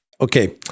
Okay